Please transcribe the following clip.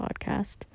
podcast